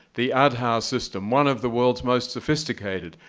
the aadhaar system, one of the world's most sophisticated.